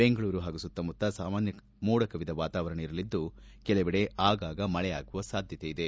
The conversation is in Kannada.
ಬೆಂಗಳೂರು ಪಾಗೂ ಸುತ್ತಮುತ್ತ ಸಾಮಾನ್ನ ಮೋಡ ಕವಿದ ವಾತಾವರಣ ಇರಲಿದ್ದು ಕೆಲವೆಡೆ ಆಗಾಗ ಮಳೆಯಾಗುವ ಸಾಧ್ಯತೆಯಿದೆ